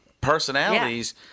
personalities